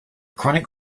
chronic